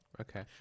Okay